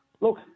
Look